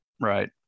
Right